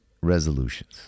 resolutions